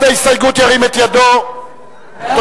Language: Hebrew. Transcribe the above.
וקבוצת סיעת קדימה לסעיף 15 לא נתקבלה.